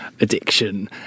addiction